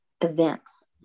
events